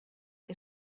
que